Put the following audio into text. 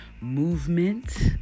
movement